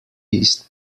east